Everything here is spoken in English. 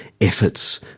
efforts